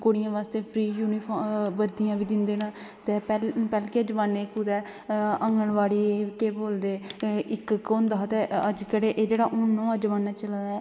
कुडियें आस्तै free uniform बी दिंदे ना ते पहले जमाने आंगनबाडी के बोलदे इक इक होंदा हा ते अजकल हून ओह् जमाना चला दा ऐ